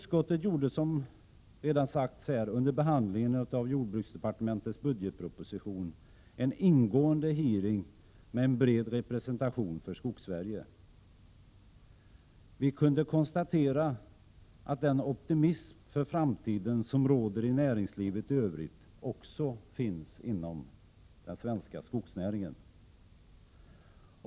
Som redan har sagts genomförde utskottet under behandlingen av jordbruksdepartementets budgetproposition en ingående hearing med bred representation för Skogssverige. Vi kunde konstatera att den optimism för framtiden som råder i näringslivet i övrigt också finns inom skogsnäringen.